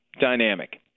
dynamic